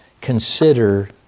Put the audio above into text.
consider